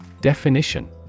Definition